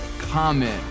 comment